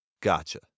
gotcha